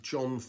John